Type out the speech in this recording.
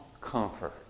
comfort